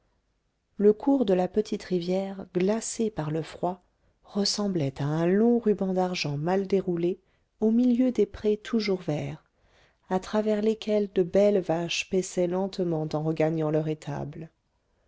le cours de la petite rivière glacée par le froid ressemblait à un long ruban d'argent mal déroulé au milieu des prés toujours verts à travers lesquels de belles vaches paissaient lentement en regagnant leur étable